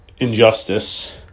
injustice